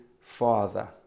Father